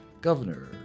Governor